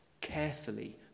carefully